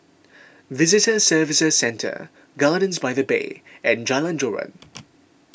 Visitor Services Centre Gardens by the Bay and Jalan Joran